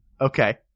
Okay